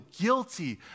guilty